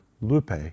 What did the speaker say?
lupe